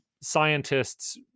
scientists